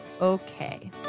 Okay